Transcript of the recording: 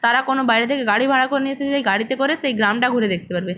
তারা কোনো বাইরে থেকে গাড়ি ভাড়া করে নিয়ে এসে সেই গাড়িতে করে সেই গ্রামটা ঘুরে দেখতে পারবে